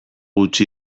utzi